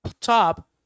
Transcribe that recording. top